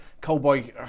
cowboy